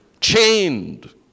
chained